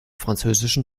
französischen